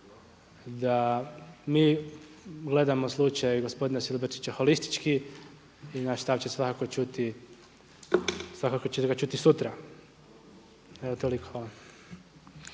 da mi gledamo slučaj gospodina Silobrčića holistički i naš stav će svakako čuti, svakako